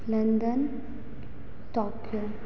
London Tokyo